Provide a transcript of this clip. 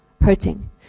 hurting